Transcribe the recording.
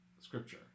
Scripture